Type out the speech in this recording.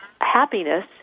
happiness